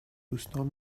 دوستام